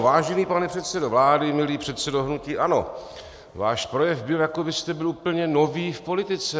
Vážený pane předsedo vlády, milý předsedo hnutí ANO, váš projev byl, jako byste byl úplně nový v politice.